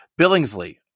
Billingsley